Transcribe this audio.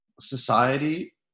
Society